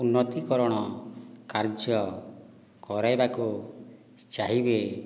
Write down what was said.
ଉନ୍ନତିକରଣ କାର୍ଯ୍ୟ କରାଇବାକୁ ଚାହିଁବେ